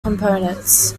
components